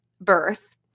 birth